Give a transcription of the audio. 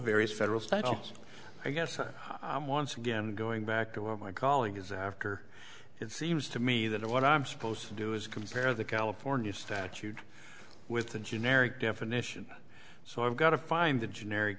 various federal statutes i guess i'm once again going back to what my calling is after it seems to me that what i'm supposed to do is compare the california statute with the generic definition so i've got to find the generic